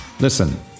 Listen